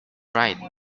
right